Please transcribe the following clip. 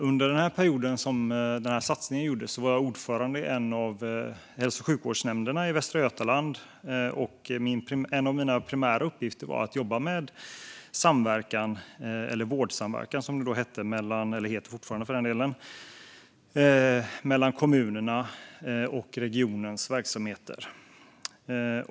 Under den period som Äldresatsningen gjordes var jag ordförande i en av hälso och sjukvårdsnämnderna i Västra Götaland. En av mina primära uppgifter var att jobba med vårdsamverkan, som det då hette och heter fortfarande för den delen, mellan kommunerna och regionerna.